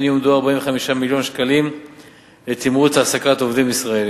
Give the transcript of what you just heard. כן יועמדו 45 מיליון שקלים לתמרוץ העסקת עובדים ישראלים.